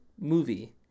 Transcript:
movie